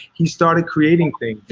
he started creating things.